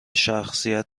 شخصا